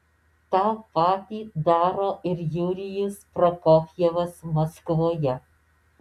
tą patį daro ir jurijus prokofjevas maskvoje